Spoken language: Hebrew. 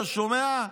אתה שומע,